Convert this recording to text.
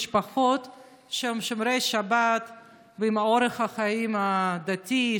משפחות שהם שומרי שבת עם אורח חיים דתי,